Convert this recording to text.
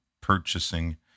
purchasing